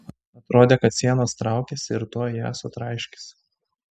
atrodė kad sienos traukiasi ir tuoj ją sutraiškys